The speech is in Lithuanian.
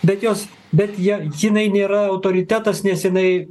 bet jos bet jie jinai nėra autoritetas nes jinai